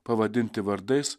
pavadinti vardais